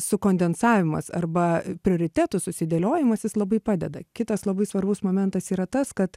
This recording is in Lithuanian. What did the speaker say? sukondensavimas arba prioritetų susidėliojamas jis labai padeda kitas labai svarbus momentas yra tas kad